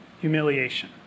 humiliation